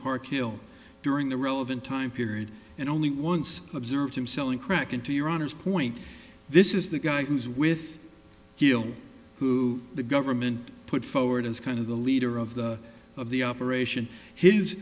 parkhill during the relevant time period and only once observed him selling crack into your honor's point this is the guy who's with gil who the government put forward is kind of the leader of the of the